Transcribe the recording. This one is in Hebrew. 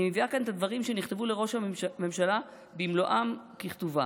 אני מביאה כאן את הדברים שנכתבו לראש הממשלה במלואם וככתבם: